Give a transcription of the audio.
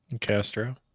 Castro